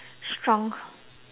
shrunk